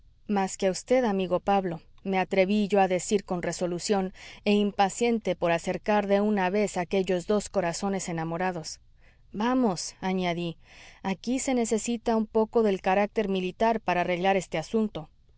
más que a vd amigo pablo me atreví yo a decir con resolución e impaciente por acercar de una vez aquellos dos corazones enamorados vamos añadí aquí se necesita un poco del carácter militar para arreglar este asunto